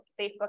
Facebook